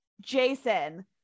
Jason